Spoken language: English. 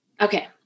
Okay